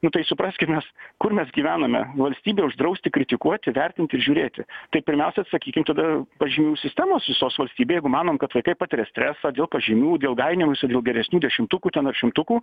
nu tai supraskim mes kur mes gyvename valstybėj uždrausti kritikuoti vertinti ir žiūrėti tai pirmiausia atsisakykim tada pažymių sistemos visos valstybėj jeigu manom kad vaikai patiria stresą dėl pažymių dėl gainiojimosi dėl geresnių dešimtukų ten ar šimtukų